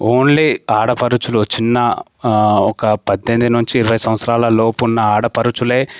only ఆడపడుచులు చిన్న ఒక్క పద్దెనిమిది నుంచి ఇరవై సంవత్సరాలలోపు ఉన్న ఆడపడుచులే